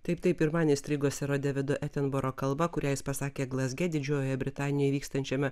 taip taip ir man įstrigo sero devido etemboro kalba kurią jis pasakė glazge didžiojoje britanijoje vykstančiame